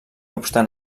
obstant